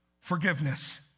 forgiveness